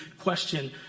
question